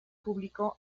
público